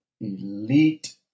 Elite